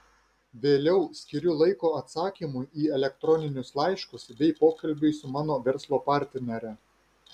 vėliau skiriu laiko atsakymui į elektroninius laiškus bei pokalbiui su mano verslo partnere